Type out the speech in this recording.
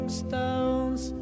stones